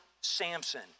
Samson